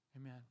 Amen